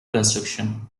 construction